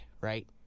right